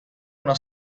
una